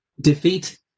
defeat